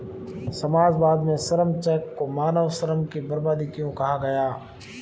समाजवाद में श्रम चेक को मानव श्रम की बर्बादी क्यों कहा गया?